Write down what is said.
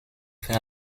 fin